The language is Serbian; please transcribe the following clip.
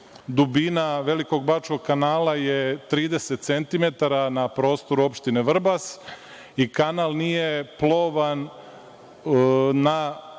Dubina Velikog bačkog kanala je 30 centimetara na prostoru opštine Vrbas i kanal nije plovan na